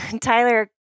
Tyler